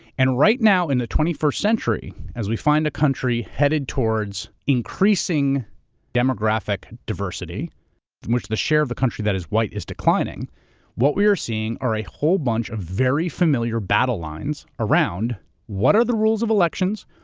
and right now in the twenty first century, as we find the country headed towards increasing demographic diversity in which the share of the country that is white is declining what we are seeing are a whole bunch of very familiar battle lines around what are the rules of elections,